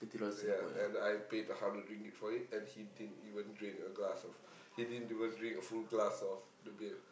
ya and I paid the hundred ringgit for it and he didn't even drink a glass of he didn't even drink a full glass of the beer